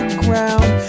ground